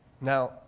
Now